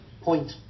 point